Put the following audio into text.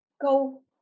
go